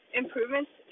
improvements